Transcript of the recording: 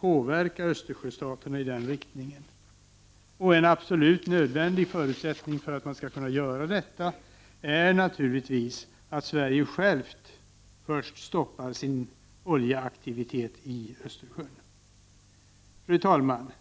påverka Östersjöstaterna i den riktningen. En absolut nödvändig förutsättning för att man skall kunna göra detta är naturligtvis att Sverige självt först stoppar sin oljeaktivitet i Östersjön. Fru talman!